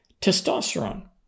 testosterone